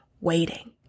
waiting